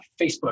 Facebook